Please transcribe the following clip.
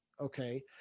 Okay